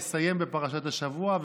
אסיים בפרשת השבוע,